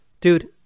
dude